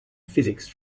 physics